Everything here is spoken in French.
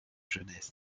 jeunesse